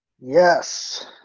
Yes